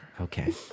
Okay